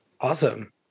Awesome